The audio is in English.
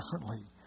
differently